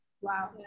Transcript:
Wow